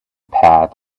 path